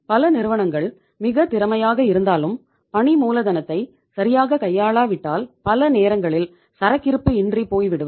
பல நிறுவனங்கள் மிக திறமையாக இருந்தாலும் பணி மூலதனத்தை சரியாக கையாளாவிட்டால் பல நேரங்களில் சரக்கிருப்பு இன்றி போய்விடுவர்